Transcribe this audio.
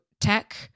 tech